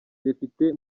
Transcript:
depite